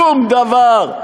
שום דבר,